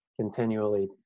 continually